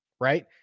right